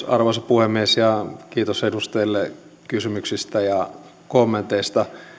arvoisa puhemies kiitos edustajille kysymyksistä ja kommenteista